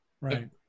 Right